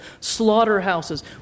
slaughterhouses